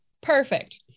Perfect